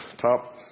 top